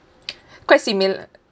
quite similar